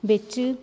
ਵਿੱਚ